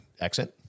accent